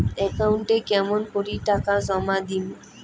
একাউন্টে কেমন করি টাকা জমা দিম?